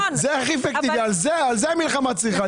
על זה צריכה להיות המלחמה.